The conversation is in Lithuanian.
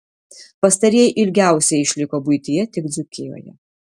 pastarieji ilgiausiai išliko buityje tik dzūkijoje